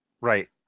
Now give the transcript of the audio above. Right